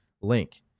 link